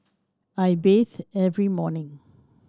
I bathe every morning